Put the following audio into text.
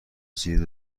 زیر